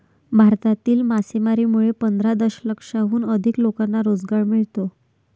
भारतातील मासेमारीमुळे पंधरा दशलक्षाहून अधिक लोकांना रोजगार मिळतो